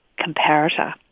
comparator